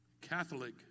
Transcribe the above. Catholic